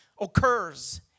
occurs